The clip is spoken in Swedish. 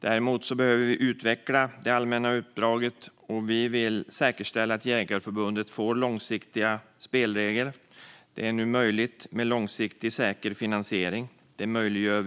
Däremot behöver vi utveckla det allmänna uppdraget, och vi vill säkerställa att Jägareförbundet får långsiktiga spelregler. Detta är möjligt med en långsiktig, säker finansiering, vilket vi nu möjliggör.